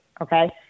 Okay